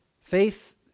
Faith